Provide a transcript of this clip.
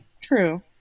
True